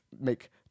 make